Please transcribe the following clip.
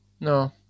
No